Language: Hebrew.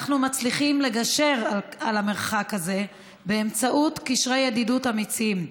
אנחנו מצליחים לגשר על המרחק הזה באמצעות קשרי ידידות אמיצים.